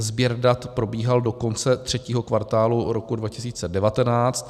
Sběr dat probíhal do konce třetího kvartálu roku 2019.